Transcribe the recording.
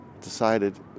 decided